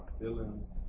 feelings